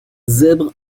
zèbre